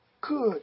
good